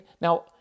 now